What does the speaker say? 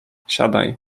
siadaj